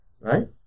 right